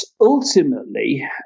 ultimately